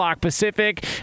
Pacific